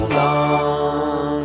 long